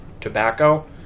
tobacco